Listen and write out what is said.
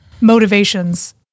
motivations